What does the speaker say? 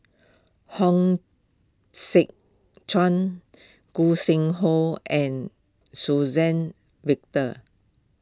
Hong Sek Chern Gog Sing Hooi and Suzann Victor